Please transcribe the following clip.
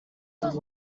was